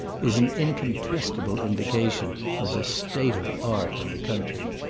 is an incontestable indication of the state of art in the country.